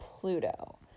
Pluto